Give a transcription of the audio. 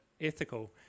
ethical